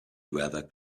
weather